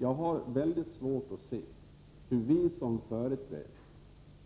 Jag har mycket svårt att se hur vi som företräder